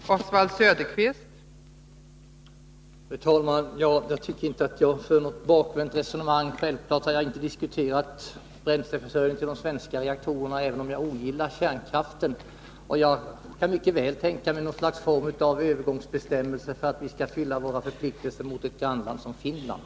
Fru talman! Jag tycker inte att jag för något bakvänt resonemang. Självfallet har jag inte diskuterat bränsleförsörjningen till de svenska reaktorerna, även om jag ogillar kärnkraften. Jag kan mycket väl tänka mig något slags övergångsbestämmelse för att vi skall kunna fylla våra förpliktelser mot grannlandet Finland.